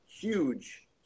huge